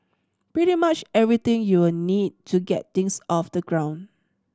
pretty much everything you will need to get things off the ground